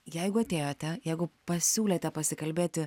jeigu atėjote jeigu pasiūlėte pasikalbėti